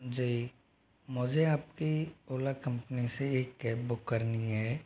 जी मुझे आपकी ओला कम्पनी से एक कैब बुक करनी है